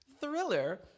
Thriller